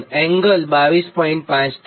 5 થાય